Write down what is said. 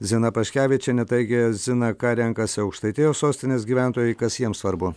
zina paškevičienė taigi zina ką renkasi aukštaitijos sostinės gyventojai kas jiems svarbu